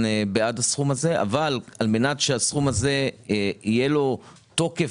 בעד הסכום הזה אבל על מנת שהסכום הזה יהיה לו תוקף